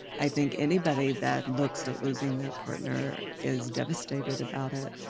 i think anybody that looks at losing their partner is devastated about it.